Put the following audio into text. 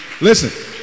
Listen